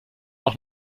noch